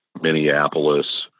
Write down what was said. Minneapolis